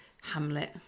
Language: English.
Hamlet